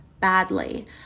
badly